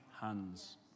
hands